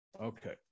Okay